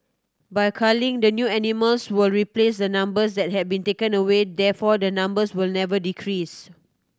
by culling the new animals will replace the numbers that have been taken away therefore the numbers will never decrease